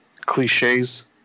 cliches